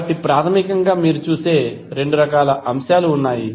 కాబట్టి ప్రాథమికంగా మీరు చూసే రెండు రకాల అంశాలు ఉన్నాయి